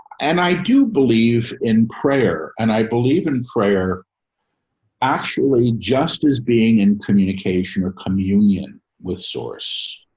and i do believe in prayer and i believe in prayer actually, just as being in communication or communion with source,